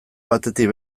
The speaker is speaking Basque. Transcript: batetik